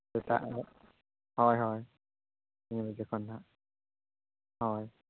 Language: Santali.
ᱥᱮᱛᱟᱜ ᱦᱳᱭ ᱦᱳᱭ ᱩᱱ ᱡᱚᱠᱷᱚᱱ ᱦᱟᱜ ᱦᱳᱭ